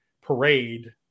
parade